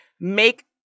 make